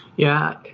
yeah,